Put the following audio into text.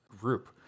group